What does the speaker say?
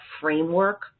framework